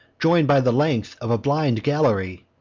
join'd by the length of a blind gallery,